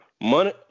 Money